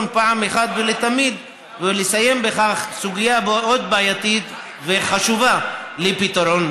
אחת ולתמיד ולסיים בכך סוגיה מאוד בעייתית וחשובה לפתרון,